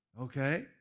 Okay